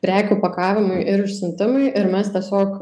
prekių pakavimui ir išsiuntimui ir mes tiesiog